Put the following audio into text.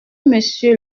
monsieur